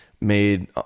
made